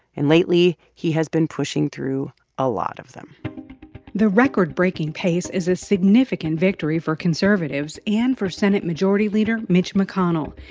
and lately, he has been pushing through a lot of them the record-breaking pace is a significant victory for conservatives and for senate majority leader mitch mcconnell.